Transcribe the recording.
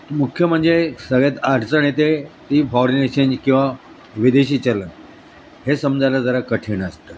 मुख्य म्हणजे सगळ्यात अडचण येते ती किंवा विदेशी चलन हे समजायला जरा कठीण असतं